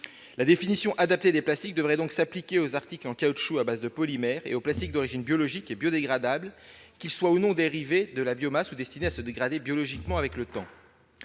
La définition adaptée des plastiques devrait donc s'appliquer aux articles en caoutchouc à base de polymères et aux plastiques d'origine biologique et biodégradables, qu'ils soient ou non dérivés de la biomasse ou destinés à se dégrader biologiquement avec le temps.